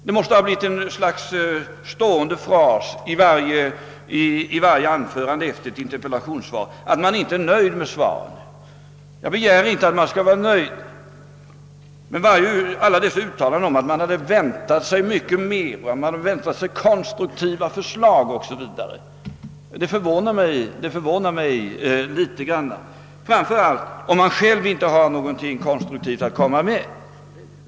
Det måste ha blivit något slags stående fras i varje anförande efter ett interpellationssvar, att interpellanten inte är nöjd med svaret. Jag begär inte att alla skall vara helt nöjda, men dessa uttalanden om att man hade väntat sig konstruktiva förslag o.s.v. förvånar mig litet grand, framför allt när de kommer från personer som inte själva har någonting konstruktivt att komma med.